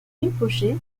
rinpoché